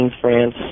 France